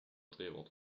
drehort